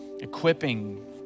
equipping